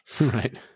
Right